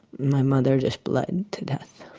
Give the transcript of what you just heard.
my mother just bled to death